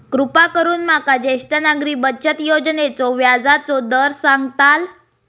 कृपा करून माका ज्येष्ठ नागरिक बचत योजनेचो व्याजचो दर सांगताल